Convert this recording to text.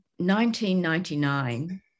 1999